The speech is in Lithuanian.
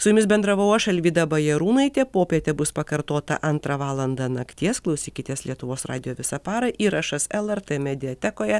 su jumis bendravau aš alvyda bajarūnaitė popietė bus pakartota antrą valandą nakties klausykitės lietuvos radijo visą parą įrašas lrt mediatekoje